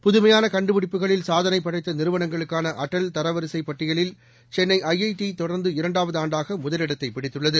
புதுமையான கண்டுபிடிப்புகளில் சாதனை படைத்த நிறுவனங்களுக்கான அடல் தரவரிசை பட்டியலில் சென்னை ஐஐடி தொடர்ந்து இரண்டாவது ஆண்டாக முதலிடத்தை பிடித்துள்ளது